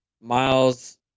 Miles